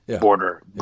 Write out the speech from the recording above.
border